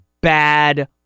bad